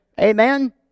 Amen